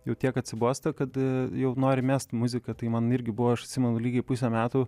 jau tiek atsibosta kad jau nori mest muziką tai man irgi buvo aš atsimenu lygiai pusė metų